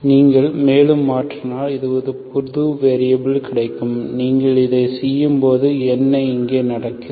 நீங்கள் மேலும் மாற்றினால் ஒரு புதிய வேரியபில் கிடைக்கும் நீங்கள் இதை செய்ய போது என்ன இங்கே நடக்கிறது